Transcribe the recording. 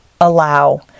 allow